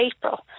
April